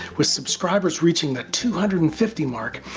with subscribers reaching the two hundred and fifty mark,